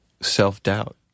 self-doubt